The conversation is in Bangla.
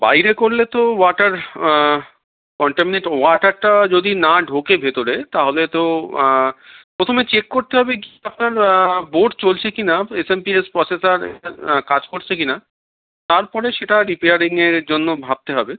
বাইরে করলে তো ওয়াটার কন্টামিনেট ওয়াটারটা যদি না ঢোকে ভেতরে তাহলে তো প্রথমে চেক করতে হবে কি আপনার বোর্ড চলছে কি না এসএমপিএস প্রসেসার কাজ করছে কি না তারপরে সেটা রিপেয়ারিংয়ের জন্য ভাবতে হবে